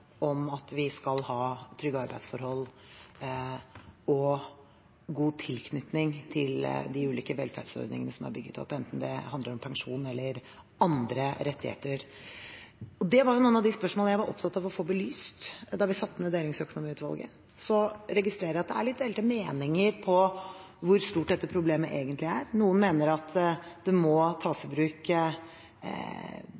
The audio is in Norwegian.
om at vi skal ha trygge arbeidsforhold og god tilknytning til de ulike velferdsordningene som er bygget opp, enten det handler om pensjon eller andre rettigheter. Det var noen av de spørsmålene jeg var opptatt av å få belyst da vi satte ned Delingsøkonomiutvalget. Jeg registrerer at det er litt delte meninger om hvor stort dette problemet egentlig er. Noen mener at det må tas